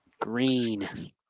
Green